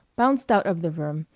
bounced out of the room,